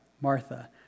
Martha